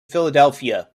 philadelphia